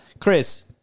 Chris